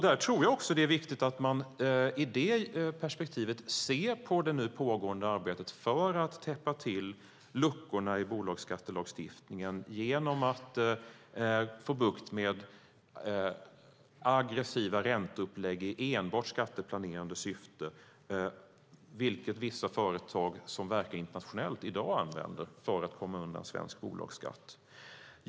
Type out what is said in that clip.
Jag tror att det är viktigt att man också i detta perspektiv ser på det nu pågående arbetet för att täppa till luckorna i bolagsskattelagstiftningen genom att få bukt med aggressiva ränteupplägg i enbart skatteplanerande syfte. Detta använder vissa företag som verkar internationellt i dag för att komma undan svensk bolagsskatt.